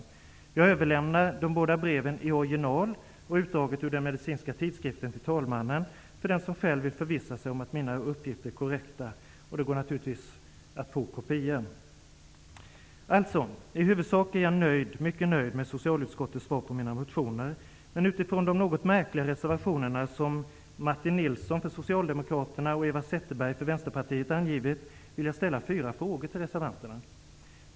Jag överlämnar till tredje vice talmannen de båda breven i original samt utdraget ur den medicinska tidskriften för att den som vill skall kunna förvissa sig om att mina uppgifter är korrekta. Det går naturligtvis att få kopior. I huvudsak är jag alltså mycket nöjd med socialutskottets utlåtanden över mina motioner. Men utifrån de något märkliga reservationerna som Zetterberg för Vänsterpartiet har avgivit vill jag ställa fyra frågor till reservanterna.